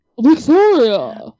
Victoria